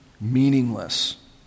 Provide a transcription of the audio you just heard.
meaningless